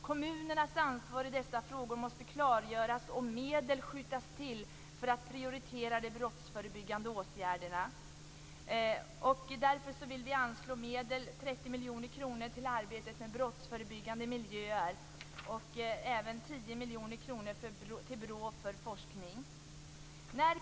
Kommunernas ansvar i dessa frågor måste klargöras och medel skjutas till för att prioritera de brottsförebyggande åtgärderna. Vi vill därför att det anslås 30 miljoner kronor till arbetet med brottsförebyggande miljöer. Av dessa medel skall 10 miljoner kronor tillfalla BRÅ för forskning.